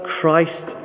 Christ